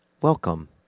welcome